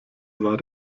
war